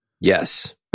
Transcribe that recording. Yes